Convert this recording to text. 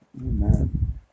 Amen